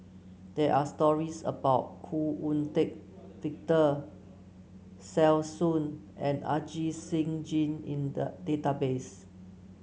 there are stories about Khoo Oon Teik Victor Sassoon and Ajit Singh Gill in the database